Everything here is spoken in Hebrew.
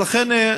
לכן,